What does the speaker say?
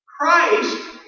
Christ